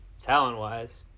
talent-wise